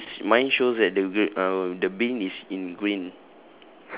mine is mine shows that the b~ uh the bin is in green